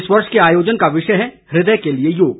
इस वर्ष के आयोजन का विषय है इदय के लिए योग